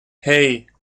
hei